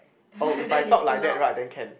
oh if I talk like that right then can